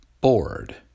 bored